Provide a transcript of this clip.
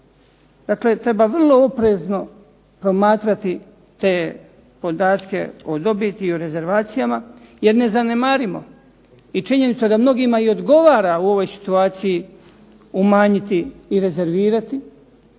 Dakle, treba vrlo oprezno promatrati te podatke o dobiti i o rezervacijama, jer ne zanemarimo i činjenica da mnogima i odgovara u ovoj situaciji umanjiti i rezervirati,